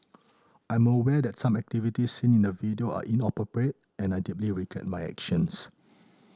I'm aware that some activities seen in the video are inappropriate and I deeply regret my actions